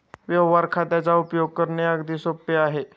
व्यवहार खात्याचा उपयोग करणे अगदी सोपे आहे